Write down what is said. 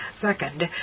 Second